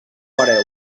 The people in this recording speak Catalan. hereu